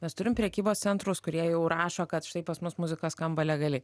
mes turim prekybos centrus kurie jau rašo kad štai pas mus muzika skamba legaliai